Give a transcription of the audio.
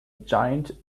giant